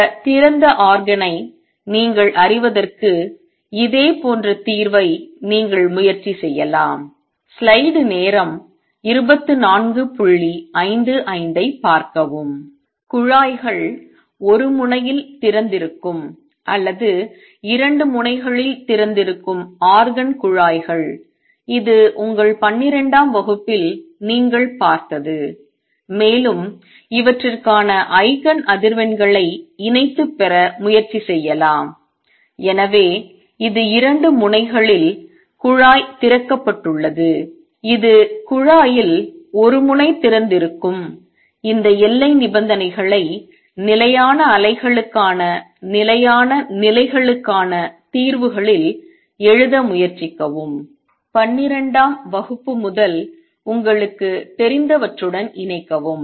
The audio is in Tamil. இந்த திறந்த organ ஐ நீங்கள் அறிவதற்கு இதே போன்ற தீர்வை நீங்கள் முயற்சி செய்யலாம் திறந்த உறுப்பு குழாய்கள் ஒரு முனையில் திறந்திருக்கும் அல்லது 2 முனைகளில் திறந்திருக்கும் organ குழாய்கள் இது உங்கள் பன்னிரெண்டாம் வகுப்பில் நீங்கள் பார்த்தது மேலும் இவற்றிற்கான ஐகன் அதிர்வெண்களை இணைத்து பெற முயற்சி செய்யலாம் எனவே இது 2 முனைகளில் குழாய் திறக்கப்பட்டுள்ளது இது குழாயில் ஒருமுனை திறந்திருக்கும் இந்த எல்லை நிபந்தனைகளை நிலையான அலைகளுக்கான நிலையான நிலைகளுக்கான தீர்வுகளில் எழுத முயற்சிக்கவும் பன்னிரண்டாம் வகுப்பு முதல் உங்களுக்குத் தெரிந்தவற்றுடன் இணைக்கவும்